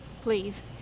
please